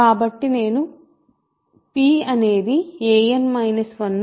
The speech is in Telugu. కాబట్టినేను p అనేది an 1